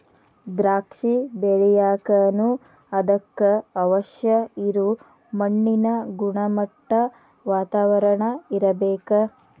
ದ್ರಾಕ್ಷಿ ಬೆಳಿಯಾಕನು ಅದಕ್ಕ ಅವಶ್ಯ ಇರು ಮಣ್ಣಿನ ಗುಣಮಟ್ಟಾ, ವಾತಾವರಣಾ ಇರ್ಬೇಕ